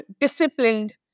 disciplined